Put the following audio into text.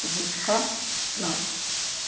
Rikshaw lorry